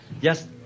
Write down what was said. Yes